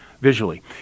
visually